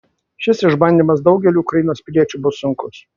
šis išbandymas daugeliui ukrainos piliečių bus sunkus